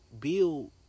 build